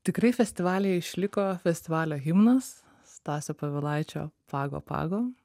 tikrai festivalyje išliko festivalio himnas stasio povilaičio pago pago